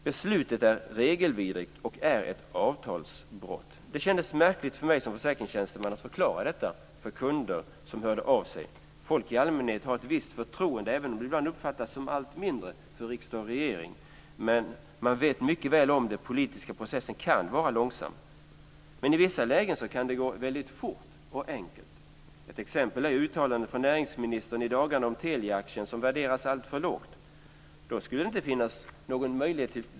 Beslutet är regelvidrigt och är ett avtalsbrott. Det kändes märkligt för mig som försäkringstjänsteman att förklara detta för kunder som hörde av sig. Folk i allmänhet har ett visst förtroende, även om det ibland uppfattas som allt mindre, för riksdag och regering. Man vet mycket väl att den politiska processen kan vara långsam. Men i vissa lägen kan det gå fort och enkelt. Ett exempel är uttalanden från näringsmininstern i dagarna om Teliaaktien, som värderas alltför lågt.